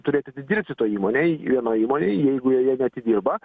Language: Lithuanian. turi atidirbti toj įmonėj vienoj įmonėj jeigu jie neatidirba